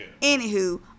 Anywho